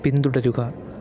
പിന്തുടരുക